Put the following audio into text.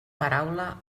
paraula